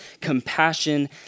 compassion